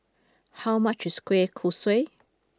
how much is Kueh Kosui